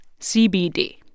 CBD